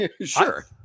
sure